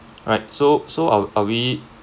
right so so are are we